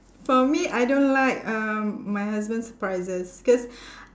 for me I don't like um my husband's surprises cause